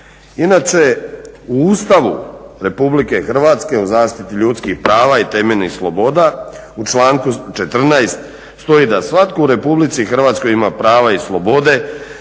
Inače u Ustavu RH u zaštiti ljudskih prava i temeljnih sloboda u članku 14. stoji da svatko u RH ima prava i slobode